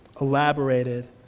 elaborated